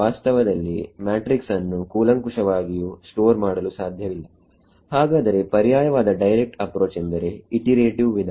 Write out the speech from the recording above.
ವಾಸ್ತವದಲ್ಲಿ ಮ್ಯಾಟ್ರಿಕ್ಸ್ ಅನ್ನು ಕೂಲಂಕುಷವಾಗಿಯೂ ಸ್ಟೋರ್ ಮಾಡಲು ಸಾಧ್ಯವಿಲ್ಲಹಾಗಾದರೆ ಪರ್ಯಾಯವಾದ ಡೈರೆಕ್ಟ್ ಅಪ್ರೋಚ್ ಎಂದರೆ ಇಟಿರೇಟಿವ್ ವಿಧಾನ